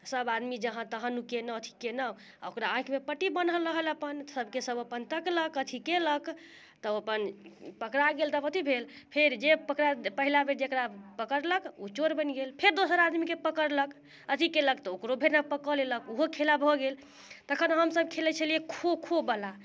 सभ आदमी जहाँ तहाँ नुकेलहुँ अथि कयलहुँ आ ओकरा आँखिमे पट्टी बान्हल रहल अपन सभके सभ अपन तकलक अथि कयलक तब अपन पकड़ा गेल तऽ ओथि भेल फेर जे पकड़ाएल पहिला बेर जेकरा पकड़लक ओ चोर बनि गेल फेर दोसर आदमीके पकड़लक अथि कयलक तऽ ओकरो फेर कऽ लेलक ओहो खेला भऽ गेल तखनि हम सभ खेलैत छेलियै खोखो बला